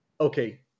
okay